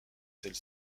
celle